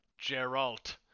Geralt